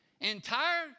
entire